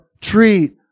treat